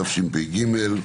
התשפ"ג-2023,